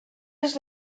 les